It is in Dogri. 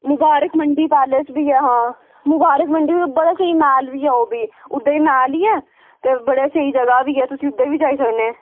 मुबारख मंडी पैलेस बी ऐ हां मुबारक मंडी बी बड़ा स्हेई मैह्ल बी ऐ ओह् बी उद्धर बी मैह्ल ऐ ते बड़ी स्हेई जगह बी ऐ तुसी उद्धर जाई सकने